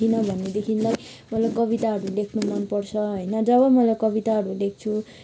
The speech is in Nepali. किनभने देखिलाई मलाई कविताहरू लेख्नु मन पर्छ होइन जब मैले कविताहरू लेख्छु